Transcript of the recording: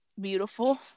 Beautiful